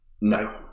No